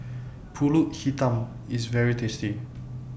Pulut Hitam IS very tasty